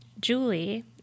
Julie